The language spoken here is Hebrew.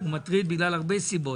הוא מטריד מהרבה סיבות,